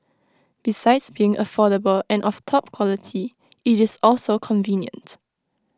besides being affordable and of top quality IT is also convenient